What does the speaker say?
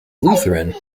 lutheran